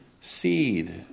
seed